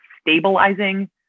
stabilizing